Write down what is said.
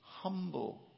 humble